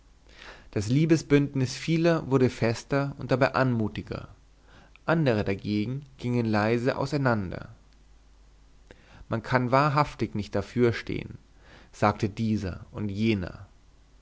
das liebesbündnis vieler wurde fester und dabei anmutiger andere dagegen gingen leise auseinander man kann wahrhaftig nicht dafür stehen sagte dieser und jener